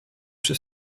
przy